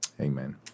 amen